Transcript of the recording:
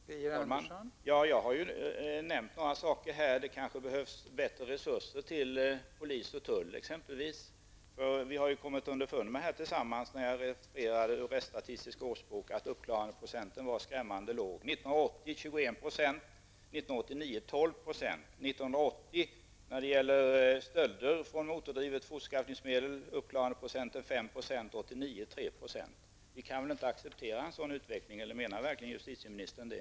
Fru talman! Jag har redan nämnt några saker. Det kanske behövs bättre resurser till exempelvis polis och tull. Vi har ju genom siffrorna i Rättsstatistisk årsbok kommit underfund med att uppklarandeprocenten var skrämmande låg. 1980 1989. Vi kan väl inte acceptera en sådan utveckling. Eller menar verkligen justitieministern det?